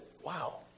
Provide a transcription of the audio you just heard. wow